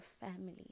family